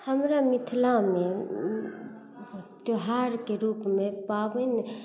हमरा मिथिलामे त्यौहारके रूपमे पाबनि